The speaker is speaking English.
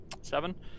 Seven